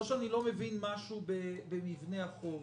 או שאני לא מבין משהו במבנה החוב,